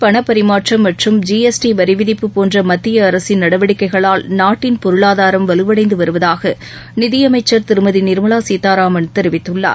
பணப்பரிமாற்றம் மற்றும் ஜிஎஸ்டி வரிவிதிப்பு போன்ற மத்திய நேரடி அரசின் நடவடிக்கைகளால் நாட்டின் பொருளாதாரம் வலுவடைந்துவருவதாக நிதியமைச்சர் திருமதி நிர்மலா சீதாராமன் தெரிவித்துள்ளார்